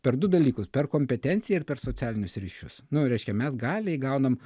per du dalykus per kompetenciją ir per socialinius ryšius nu reiškia mes galią įgaunam